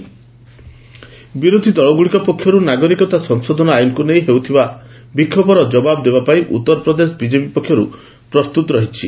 UP BJP CAA ବିରୋଧୀଦଳଗୁଡ଼ିକ ପକ୍ଷରୁ ନାଗରିକତା ସଂଶୋଧନ ଆଇନକୁ ନେଇ ହେଉଥିବା ବିକ୍ଷୋଭର ଜବାବ ଦେବା ପାଇଁ ଉତ୍ତରପ୍ରଦେଶ ବିଜେପି ପ୍ରସ୍ତୁତ ରହିଛି